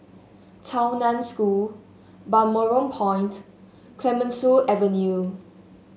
Tao Nan School Balmoral Point Clemenceau Avenue